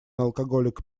alcoholic